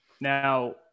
Now